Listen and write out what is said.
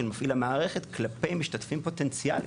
מפעיל המערכת כלפי משתתפים פוטנציאלים?